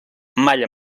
malla